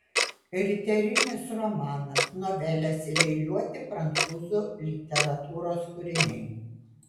riterinis romanas novelės ir eiliuoti prancūzų literatūros kūriniai